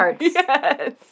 Yes